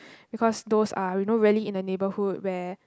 because those are you know really in a neighbourhood where